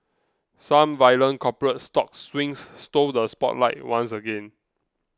some violent corporate stock swings stole the spotlight once again